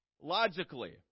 logically